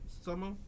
summer